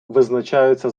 визначаються